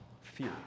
fear